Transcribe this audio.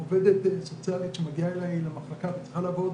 עובדת סוציאלית שמגיעה אליי למחלקה וצריכה לעבוד